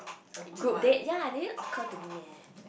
group date yea it didn't occurr to me eh